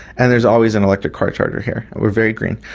and there's always an electric car charger here, we are very green.